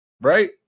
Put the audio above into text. right